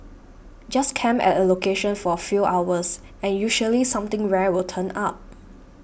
just camp at a location for a few hours and usually something rare will turn up